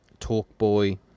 Talkboy